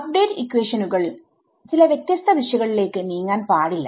update ഇക്വേഷനുകൾചില വ്യത്യസ്ത ദിശകളിലേക്ക് നീങ്ങാൻ പാടില്ല